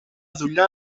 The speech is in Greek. δουλειά